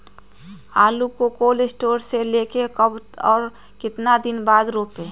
आलु को cold store से ले के कब और कितना दिन बाद रोपे?